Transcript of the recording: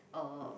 uh